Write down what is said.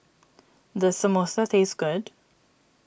does Samosa taste good